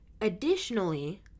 Additionally